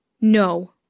No